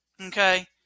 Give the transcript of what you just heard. okay